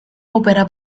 opera